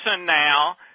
now